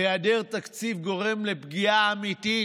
היעדר תקציב גורם לפגיעה אמיתית,